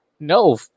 No